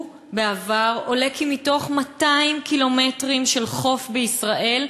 בעבר עולה כי מתוך 200 קילומטרים של חוף בישראל,